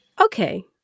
Okay